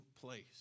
place